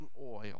oil